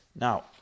Now